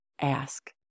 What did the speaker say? ask